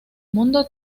mundo